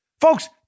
Folks